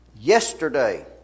Yesterday